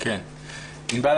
ענבל,